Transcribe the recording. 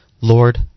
Lord